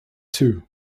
too